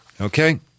Okay